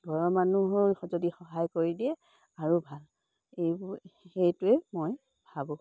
ঘৰৰ মানুহৰ যদি সহায় কৰি দিয়ে আৰু ভাল এইবোৰ সেইটোৱে মই ভাবোঁ